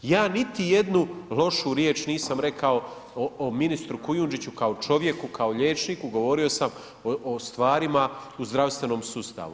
Ja niti jednu lošu riječ nisam rekao o ministru Kujundžiću, kao čovjeku, kao liječniku, govorio sam o stvarima u zdravstvenom sustavu.